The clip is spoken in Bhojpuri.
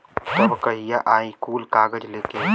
तब कहिया आई कुल कागज़ लेके?